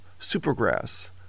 Supergrass